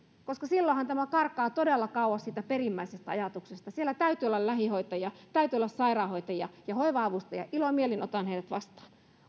silloinhan tämä karkaa todella kauas siitä perimmäisestä ajatuksesta siellä täytyy olla lähihoitajia täytyy olla sairaanhoitajia ja hoiva avustajia ilomielin otan heidät vastaan